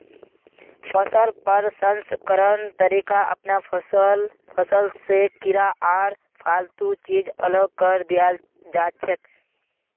फसल प्रसंस्करण तरीका अपनैं फसल स कीड़ा आर फालतू चीज अलग करें दियाल जाछेक